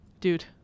dude